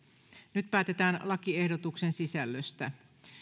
nyt päätetään lakiehdotuksen sisällöstä